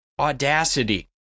audacity